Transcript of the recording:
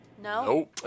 No